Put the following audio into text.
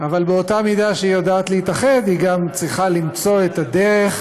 אבל באותה מידה שהיא יודעת להתאחד היא גם צריכה למצוא את הדרך